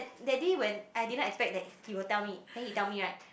that day when I didn't expect that he will tell me then he tell me right